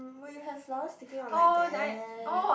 but you have flowers sticking out like that